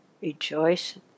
rejoice